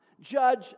Judge